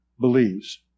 believes